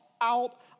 out